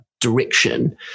direction